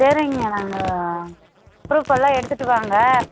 சரிங்க நாங்கள் ப்ரூஃப் எல்லாம் எடுத்துட்டு வாங்க